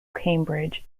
cambridge